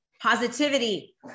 positivity